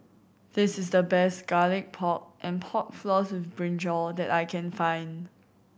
this is the best Garlic Pork and Pork Floss with brinjal that I can find